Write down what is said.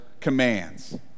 commands